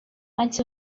maent